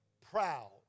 proud